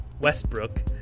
Westbrook